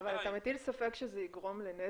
אבל אתה מטיל ספק שזה יגרום לנזק?